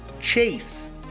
Chase